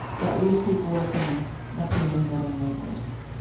that we keep working at being better neighbors.